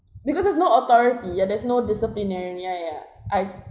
because there's no authority ya there's no disciplinary ya ya I